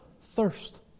thirst